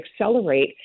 accelerate